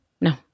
No